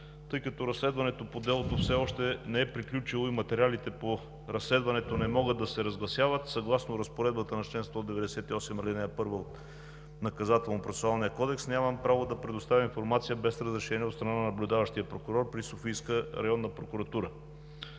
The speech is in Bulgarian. Тъй като разследването по делото все още не е приключило и материалите по разследването не могат да се разгласяват, съгласно разпоредбата на чл. 198, ал. 1 от Наказателно-процесуалния кодекс нямам право да предоставя информация без разрешение от страна на наблюдаващия прокурор при Софийска районна прокуратура.